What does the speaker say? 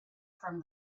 from